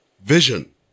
vision